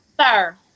Sir